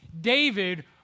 David